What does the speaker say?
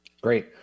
Great